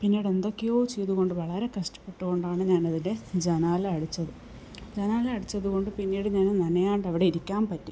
പിന്നീട് എന്തൊക്കെയോ ചെയ്തുകൊണ്ട് വളരെ കഷ്ടപ്പെട്ടുകൊണ്ടാണ് ഞാനതിൻ്റെ ജനാല അടച്ചത് ജനാല അടച്ചത് കൊണ്ട് പിന്നീട് ഞാന് നനയാണ്ട് അവിടെ ഇരിക്കാൻ പറ്റി